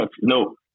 No